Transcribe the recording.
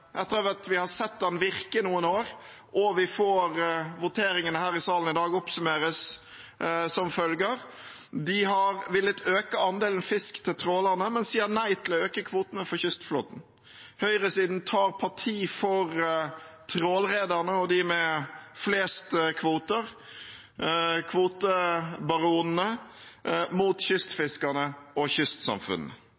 at vi har sett den virke noen år, og etter voteringen i salen her i dag, oppsummeres som følger: De har villet øke andelen fisk til trålerne, men sier nei til å øke kvotene for kystflåten. Høyresiden tar parti for trålerrederne og dem med flest kvoter, kvotebaronene, mot